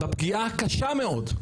בפגיעה הקשה מאוד,